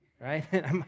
Right